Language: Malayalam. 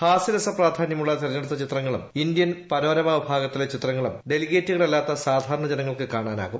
ഹാസ്യരസ പ്രാധാന്യമുള്ള തെരഞ്ഞെടുത്ത ചിത്രങ്ങളും ഇന്ത്യൻ പനോരമാ വിഭാഗത്തിലെ ചിത്രങ്ങളും ഡെലിഗേറ്റുകളല്ലാത്ത സാധാരണ ജനങ്ങൾക്ക് കാണാനാകും